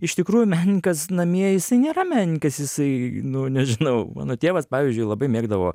iš tikrųjų menininkas namie jisai nėra menininkas jisai nu nežinau mano tėvas pavyzdžiui labai mėgdavo